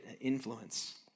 influence